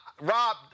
Rob